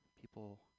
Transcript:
People